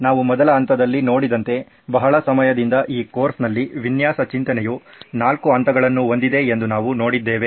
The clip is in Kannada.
ನಾವು ಮೊದಲ ಹಂತಗಳಲ್ಲಿ ನೋಡಿದಂತೆ ಬಹಳ ಸಮಯದಿಂದ ಈ ಕೋರ್ಸ್ನಲ್ಲಿ ವಿನ್ಯಾಸ ಚಿಂತನೆಯು ನಾಲ್ಕು ಹಂತಗಳನ್ನು ಹೊಂದಿದೆ ಎಂದು ನಾವು ನೋಡಿದ್ದೇವೆ